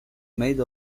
made